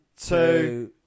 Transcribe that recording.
two